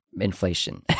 inflation